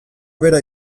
bera